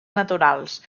naturals